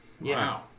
Wow